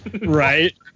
Right